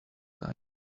tight